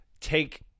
take